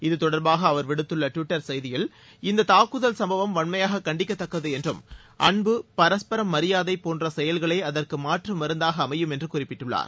இது தொடர்பாக அவர் விடுத்துள்ள ட்விட்டர் செய்தியில் இந்த தாக்குதல் சம்பவம் வன்மையாக கண்டிக்கத்தக்கது என்றும் அன்பு பரஸ்பரம் மரியாதை போன்ற செயல்களே அதற்கு மாற்று மருந்தாக அமையும் என்று அவர் குறிப்பிட்டுள்ளார்